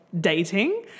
dating